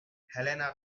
helena